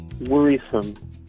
worrisome